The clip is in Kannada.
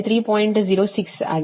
06 ಆಗಿದೆ